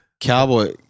cowboy